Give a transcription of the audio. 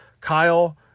Kyle